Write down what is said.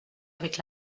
avec